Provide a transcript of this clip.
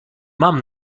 mam